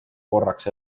korraks